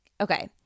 Okay